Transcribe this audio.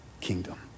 kingdom